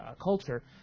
culture